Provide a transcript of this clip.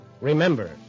Remember